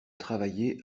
travailler